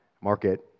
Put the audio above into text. market